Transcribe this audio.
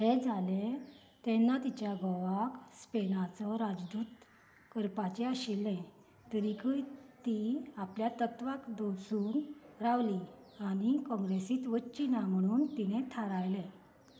हें जालें तेन्ना तिच्या घोवाक स्पेनाचो राजदूत करपाचे आशिल्लें तरीकय ती आपल्या तत्वांक दसून रावली आनी काँग्रेसींत वचचीं ना म्हणून तिणें थारायलें